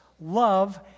love